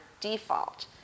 default